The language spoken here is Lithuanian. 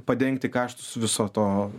padengti kaštus viso to